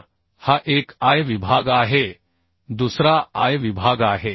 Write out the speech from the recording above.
तर हा एक I विभाग आहे दुसरा I विभाग आहे